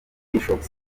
bishop